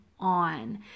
on